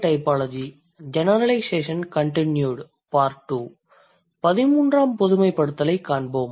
13ஆம் பொதுமைப்படுத்தலைக் காண்போம்